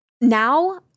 now